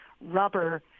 rubber